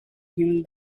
him